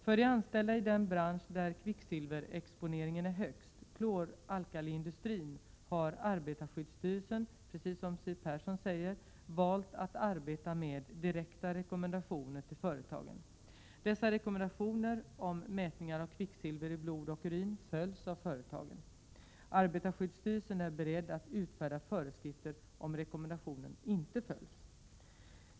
För de anställda i den bransch där kvicksilverexponeringen är högst, klor-alkaliindustrin, har arbetarskyddsstyrelsen, precis som Siw Persson säger, valt att arbeta med direkta rekommendationer till företagen. Dessa rekommendationer om mätningar av kvicksilver i blod och urin följs av företagen. Arbetarskyddsstyrelsen är beredd att utfärda föreskrifter om rekommendationerna inte följs.